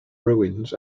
ruins